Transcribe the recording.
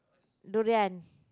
durian